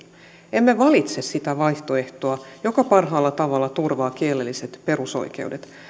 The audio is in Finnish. emme valitse sitä vaihtoehtoa joka parhaalla tavalla turvaa kielelliset perusoikeudet